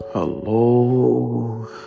hello